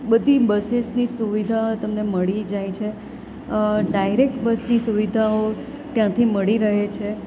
બધી બસીસની સુવિધાઓ તમને મળી જાય છે ડાયરેક બસની સુવિધાઓ ત્યાંથી મળી રહે છે